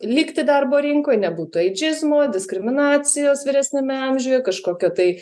likti darbo rinkoj nebūtų aidžizmų diskriminacijos vyresniame amžiuje kažkokio tai